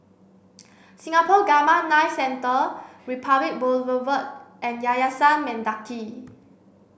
Singapore Gamma Knife Centre Republic Boulevard and Yayasan Mendaki